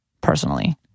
personally